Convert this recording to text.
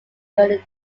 during